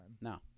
No